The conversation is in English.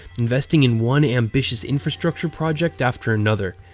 investing in one ambitious infrastructure project after another.